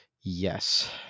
Yes